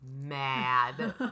mad